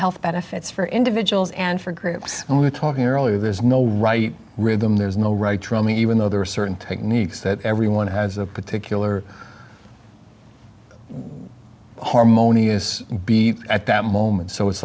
health benefits for individuals and for groups only talking earlier there's no right rhythm there's no right or only even though there are certain techniques that everyone has a particular harmonious be at that moment so it's